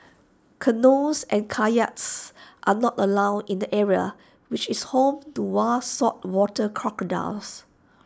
canoes and kayaks are not allowed in the area which is home to wild saltwater crocodiles